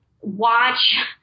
watch